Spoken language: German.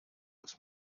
uns